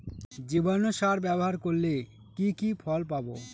জীবাণু সার ব্যাবহার করলে কি কি ফল পাবো?